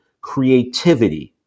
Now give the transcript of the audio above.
creativity